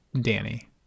Danny